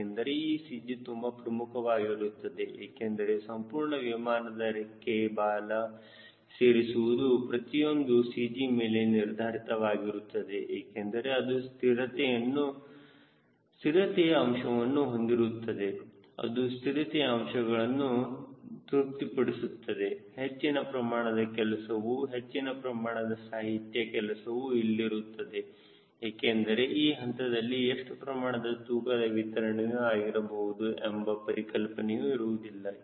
ಏಕೆಂದರೆ ಈ CG ತುಂಬಾ ಪ್ರಮುಖವಾಗಿರುತ್ತದೆ ಏಕೆಂದರೆ ಸಂಪೂರ್ಣ ವಿಮಾನದ ರೆಕ್ಕೆ ಬಾಲ ಸೇರಿಸುವುದು ಪ್ರತಿಯೊಂದು CG ಮೇಲೆ ನಿರ್ಧಾರಿತವಾಗಿರುತ್ತದೆ ಏಕೆಂದರೆ ಅದು ಸ್ಥಿರತೆಯ ಅಂಶವನ್ನು ಹೊಂದಿರುತ್ತದೆ ಅದು ಸ್ಥಿರತೆಯ ಅಂಶಗಳನ್ನು ತೃಪ್ತಿಪಡಿಸಬೇಕು ಹೆಚ್ಚಿನ ಪ್ರಮಾಣದ ಕೆಲಸವು ಹೆಚ್ಚಿನ ಪ್ರಮಾಣದ ಸಾಹಿತ್ಯ ಕೆಲಸವು ಇಲ್ಲಿರುತ್ತದೆ ಏಕೆಂದರೆ ಈ ಹಂತದಲ್ಲಿ ಎಷ್ಟು ಪ್ರಮಾಣದ ತೂಕದ ವಿತರಣೆಯು ಆಗಿರಬಹುದು ಎಂಬ ಕಲ್ಪನೆಯು ಇರುವುದಿಲ್ಲ